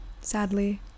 sadly